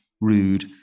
rude